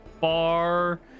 bar